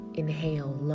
inhale